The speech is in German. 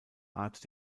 art